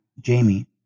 Jamie